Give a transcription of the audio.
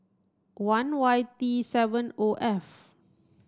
one Y T seven O F